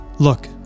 Look